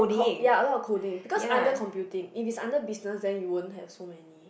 co~ ya a lot of coding because under computing if it's under business then you won't have so many